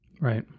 Right